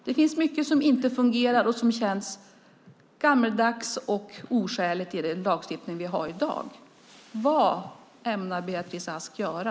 Det finns mycket som inte fungerar och som känns gammeldags och oskäligt i den lagstiftning som vi har i dag. Vad ämnar Beatrice Ask göra?